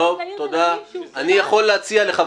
שתודיע למועצה שיש בית-ספר שצריך להזיז אותו,